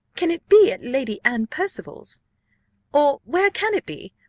can it be at lady anne percival's or where can it be?